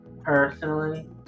personally